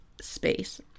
space